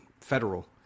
federal